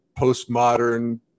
postmodern